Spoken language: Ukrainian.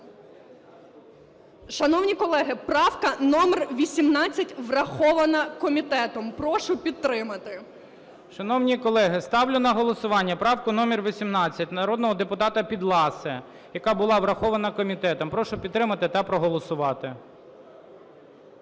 Шановні колеги, правка номер 18 врахована комітетом. Прошу підтримати. ГОЛОВУЮЧИЙ. Шановні колеги, ставлю на голосування правку номер 18 народного депутата Підласої, яка була врахована комітетом. Прошу підтримати та проголосувати.